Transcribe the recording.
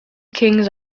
kings